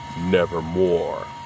Nevermore